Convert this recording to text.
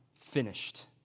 finished